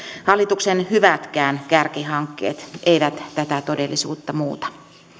hallituksen hyvätkään kärkihankkeet eivät tätä todellisuutta muuta